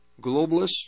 globalists